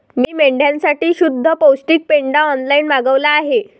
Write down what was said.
मी मेंढ्यांसाठी शुद्ध पौष्टिक पेंढा ऑनलाईन मागवला आहे